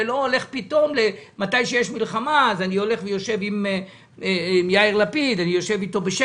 אני לא הולך פתאום בזמן מלחמה לשבת עם יאיר לפיד בשקט.